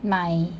买